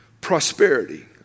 Prosperity